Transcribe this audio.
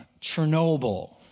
Chernobyl